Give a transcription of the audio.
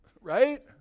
right